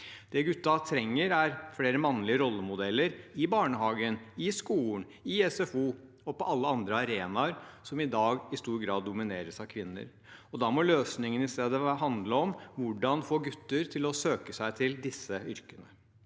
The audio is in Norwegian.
Det guttene trenger, er flere mannlige rollemodeller i barnehagen, i skolen, i SFO og på alle andre arenaer som i dag i stor grad domineres av kvinner. Da må løsningene i stedet handle om hvordan man får gutter til å søke seg til disse yrkene.